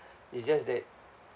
it's just that